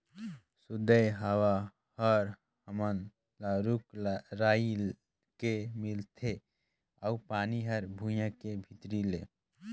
सुदय हवा हर हमन ल रूख राई के मिलथे अउ पानी हर भुइयां के भीतरी ले